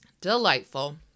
Delightful